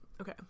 okay